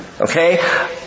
Okay